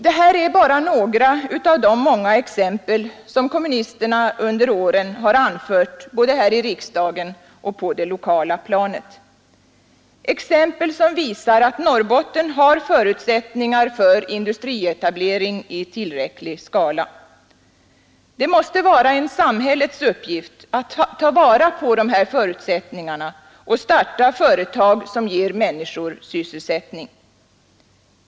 Det här är bara några av de många exempel som kommunisterna under åren har anfört både här i riksdagen och på det lokala planet, exempel som visar att Norrbotten har förutsättningar för industrietablering i tillräcklig skala. Det måste vara en samhällets uppgift att ta vara på de förutsättningarna och starta företag som ger människor sysselsättning.